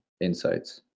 insights